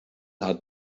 hat